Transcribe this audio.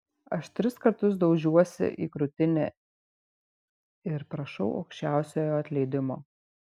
aš tris kartus daužiuosi į krūtinę ir prašau aukščiausiojo atleidimo